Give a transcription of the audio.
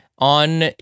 On